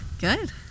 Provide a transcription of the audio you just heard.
Good